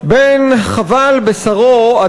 עמיתי חברי הכנסת,